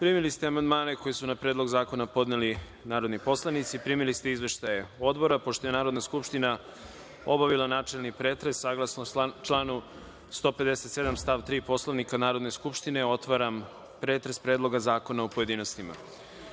Primili ste amandmane koje su na Predlog zakona podneli narodni poslanici. Primili ste izveštaje odbora. Pošto je Narodna skupština obavila načelni pretres, saglasno članu 157. stav 3. Poslovnika Narodne skupštine, otvaram pretres Predloga zakona u pojedinostima. Na